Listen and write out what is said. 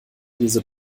diese